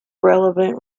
relevant